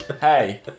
Hey